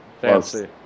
Fancy